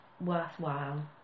worthwhile